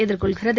எதிர்கொள்கிறது